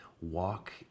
walk